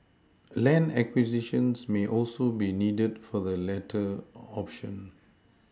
land acquisitions may also be needed for the latter option